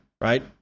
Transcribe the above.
right